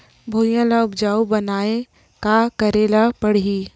भुइयां ल उपजाऊ बनाये का करे ल पड़ही?